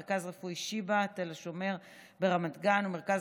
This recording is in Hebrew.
מרכז רפואי שיבא תל השומר ברמת גן ומרכז